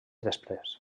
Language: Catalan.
després